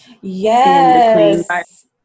yes